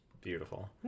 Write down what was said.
beautiful